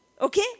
Okay